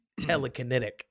telekinetic